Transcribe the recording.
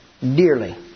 dearly